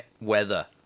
weather